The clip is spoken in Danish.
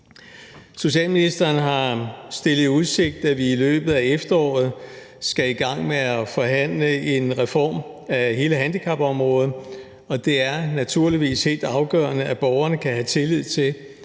ældreministeren har stillet i udsigt, at vi i løbet af efteråret skal i gang med at forhandle en reform af hele handicapområdet, og det er naturligvis helt afgørende, at borgerne kan have tillid til,